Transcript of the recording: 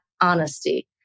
honesty